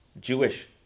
Jewish